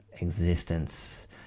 existence